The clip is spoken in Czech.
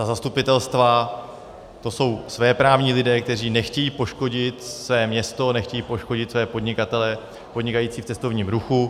Ta zastupitelstva jsou svéprávní lidé, kteří nechtějí poškodit své město, nechtějí poškodit své podnikatele podnikající v cestovním ruchu.